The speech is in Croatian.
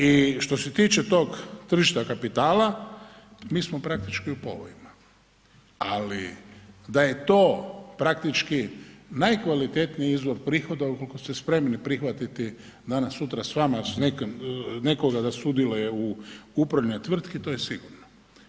I što se tiče tog tržišta kapitala, mi smo praktički u povojima, ali da je to praktički najkvalitetniji izvor prihoda ukoliko ste prihvatiti danas, sutra s vama nekoga da sudjeluje u upravljanju tvrtki to je sigurno.